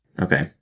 Okay